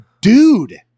dude